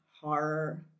horror